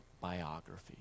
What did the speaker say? biography